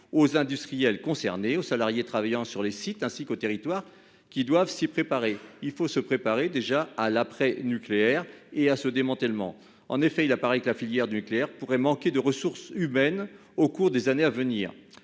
aux industriels concernés, aux salariés travaillant sur les sites ainsi qu'aux territoires qui doivent se préparer à l'après-nucléaire. Enfin, il apparaît que la filière nucléaire pourrait manquer de ressources humaines au cours des années à venir.